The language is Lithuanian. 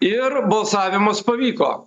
ir balsavimas pavyko